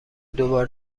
دوبار